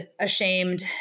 ashamed